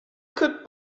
could